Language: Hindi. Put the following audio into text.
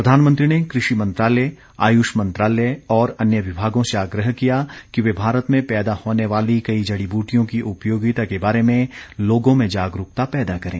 प्रधानमंत्री ने कृषि मंत्रालय आयुष मंत्रालय और अन्य विभागों से आग्रह किया कि वे भारत में पैदा होने वाली कई जडी बूटियों की उपयोगिता के बारे में लोगों में जागरूकता पैदा करें